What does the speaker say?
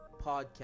podcast